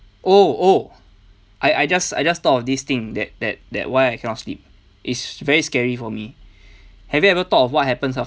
oh oh I I just I just thought of this thing that that that why I cannot sleep is very scary for me have you ever thought of what happens